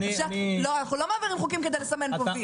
אנחנו לא מעבירים חוקים כדי לסמן וי.